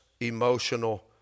emotional